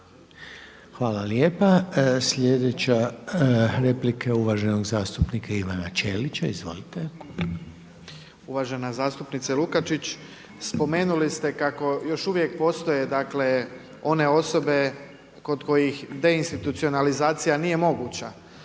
Hvala lijepa. Sljedeća replika je uvaženog zastupnika Ivana Ćelića. Izvolite. **Ćelić, Ivan (HDZ)** Uvažena zastupnice Lukačić, spomenuli ste kako još uvijek postoje, dakle one osobe kod kojih deinstitucionalizacija nije moguća.